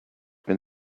been